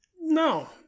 No